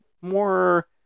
more